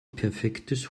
perfektes